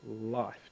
life